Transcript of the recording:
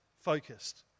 focused